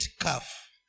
calf